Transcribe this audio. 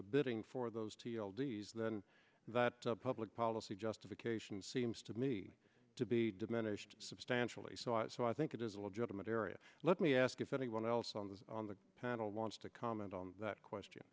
the bidding for those two year old d s then that public policy justification seems to me to be diminished substantially so i think it is a legitimate area let me ask if anyone else on this on the panel wants to comment on that question